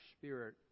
spirit